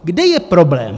Kde je problém?